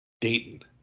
Dayton